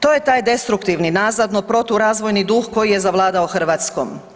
To je taj destruktivni nazadno proturazvojni duh koji je zavladao Hrvatskom.